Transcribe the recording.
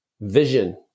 vision